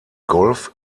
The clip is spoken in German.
golf